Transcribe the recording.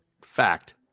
Fact